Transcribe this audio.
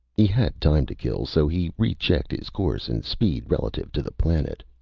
he had time to kill, so he rechecked his course and speed relative to the planet.